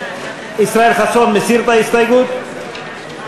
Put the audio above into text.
סעיף 03, חברי ממשלה, לשנת הכספים 2014, נתקבל.